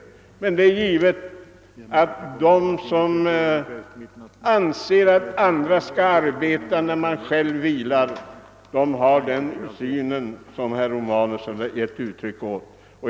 Men de som anser att andra skall arbeta när de själva vilar har naturligtvis den inställning som herr Romanus har givit uttryck åt.